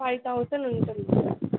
five thousand ఉంటుంది sir